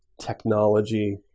technology